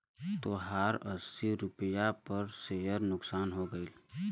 तोहार अस्सी रुपैया पर सेअर नुकसान हो गइल